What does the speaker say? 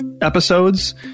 episodes